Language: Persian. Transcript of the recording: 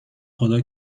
خدا